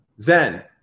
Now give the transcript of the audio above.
Zen